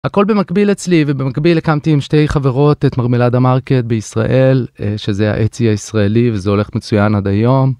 הכל במקביל אצלי ובמקביל הקמתי עם שתי חברות את מרמלדה המרקט בישראל שזה ה-Etsy הישראלי וזה הולך מצוין עד היום.